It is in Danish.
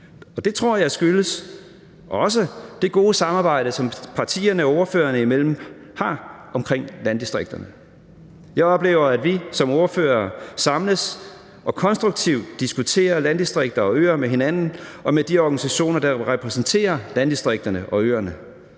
det tror jeg også skyldes det gode samarbejde, som partierne og ordførerne imellem har, om landdistrikterne. Jeg oplever, at vi som ordførere samles og konstruktivt diskuterer landdistrikter og øer med hinanden og med de organisationer, der repræsenterer landdistrikterne og øerne.